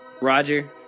Roger